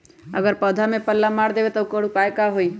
अगर पौधा में पल्ला मार देबे त औकर उपाय का होई?